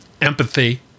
empathy